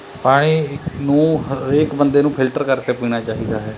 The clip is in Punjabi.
ਪਾਣੀ ਇੱਕ ਨੂੰ ਹਰੇਕ ਬੰਦੇ ਨੂੰ ਫਿਲਟਰ ਕਰਕੇ ਪੀਣਾ ਚਾਹੀਦਾ ਹੈ